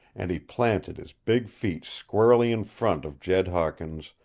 and he planted his big feet squarely in front of jed hawkins,